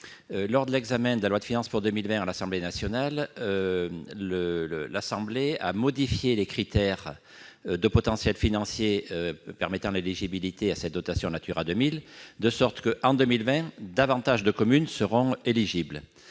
Lors de l'examen du projet de loi de finances pour 2020, l'Assemblée nationale a modifié les critères de potentiel financier permettant l'éligibilité à cette dotation Natura 2000, de sorte que, en 2020, davantage de communes seront éligibles.